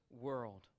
world